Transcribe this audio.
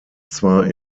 zwar